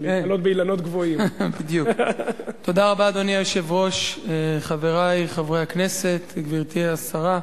תודה רבה, חברי חברי הכנסת, גברתי השרה,